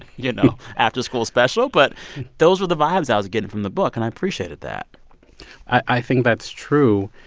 you know, after-school special, but those were the vibes i was getting from the book, and i appreciated that i think that's true.